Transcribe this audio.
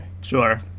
Sure